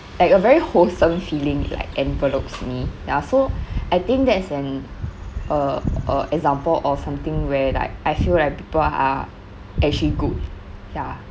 like a very wholesome feeling like envelops me ya so I think that's an uh uh example of something where like I feel like people are actually good ya